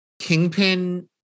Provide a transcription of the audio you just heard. Kingpin